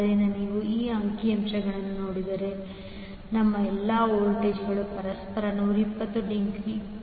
ಆದ್ದರಿಂದ ನೀವು ಈ ಅಂಕಿಅಂಶವನ್ನು ನೋಡಿದರೆ ನಮ್ಮ ಎಲ್ಲಾ ವೋಲ್ಟೇಜ್ಗಳು ಪರಸ್ಪರ 120 ಡಿಗ್ರಿ